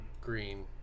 green